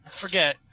forget